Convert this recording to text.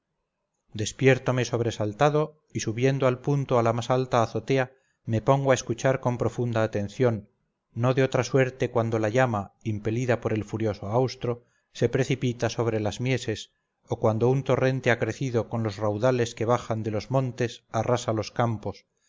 despiértome sobresaltado y subiendo al punto a la más alta azotea me pongo a escuchar con profunda atención no de otra suerte cuando la llama impelida por el furioso austro se precipita sobre las mieses o cuando un torrente acrecido con los raudales que bajan de los montes arrasa los campos